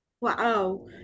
Wow